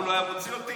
הוא לא היה מוציא אותי?